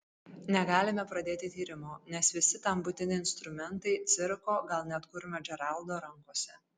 negalime pradėti tyrimo nes visi tam būtini instrumentai cirko gal net kurmio džeraldo rankose